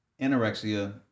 anorexia